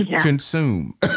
consume